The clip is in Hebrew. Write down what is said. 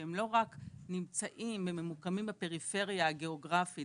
שהם לא רק נמצאים וממוקמים בפריפריה הגיאוגרפית